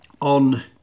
on